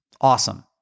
awesome